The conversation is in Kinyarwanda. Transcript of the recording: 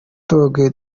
dogg